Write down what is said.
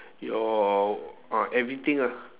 your ah everything lah